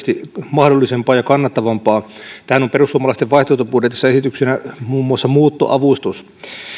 mahdollisempaa ja kannattavampaa tähän on perussuomalaisten vaihtoehtobudjetissa esityksenä muun muassa muuttoavustus